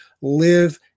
live